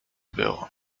było